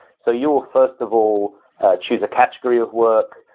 so you'll first of all choose a category of work.